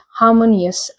harmonious